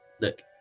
Look